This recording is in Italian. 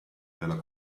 della